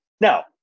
now